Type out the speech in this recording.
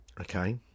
Okay